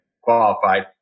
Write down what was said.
qualified